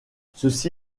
ceci